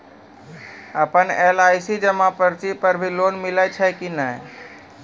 आपन एल.आई.सी जमा पर्ची पर भी लोन मिलै छै कि नै?